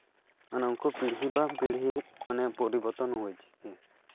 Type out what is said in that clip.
ᱢᱟᱱᱮ ᱩᱱᱠᱩ ᱯᱤᱲᱦᱤ ᱛᱟᱭᱚᱢ ᱯᱤᱲᱦᱤ ᱢᱟᱱᱮ ᱯᱚᱨᱤᱵᱚᱨᱛᱚᱱ ᱦᱩᱭ ᱠᱟᱱᱟ